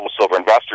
globalsilverinvestors